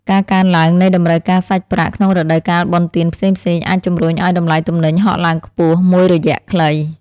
ការកើនឡើងនៃតម្រូវការសាច់ប្រាក់ក្នុងរដូវកាលបុណ្យទានផ្សេងៗអាចជម្រុញឱ្យតម្លៃទំនិញហក់ឡើងខ្ពស់មួយរយៈខ្លី។